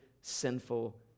sinful